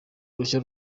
rushya